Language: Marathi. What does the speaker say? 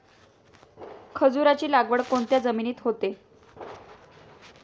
खजूराची लागवड कोणत्या जमिनीत होते?